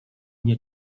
nie